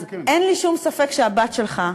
אז אין לי שום ספק שהבת שלך,